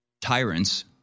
tyrants